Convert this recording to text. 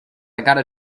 gotta